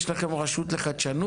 יש לכם רשות לחדשנות?